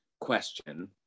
question